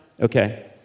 Okay